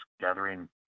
gathering